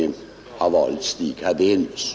Jag yrkar bifall till utskottets hemställan.